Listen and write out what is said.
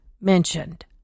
mentioned